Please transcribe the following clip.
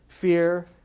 fear